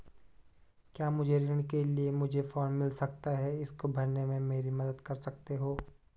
क्या मुझे ऋण के लिए मुझे फार्म मिल सकता है इसको भरने में मेरी मदद कर सकते हो?